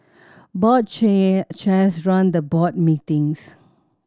board chair chairs run the board meetings